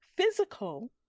physical